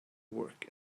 work